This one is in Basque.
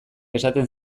esaten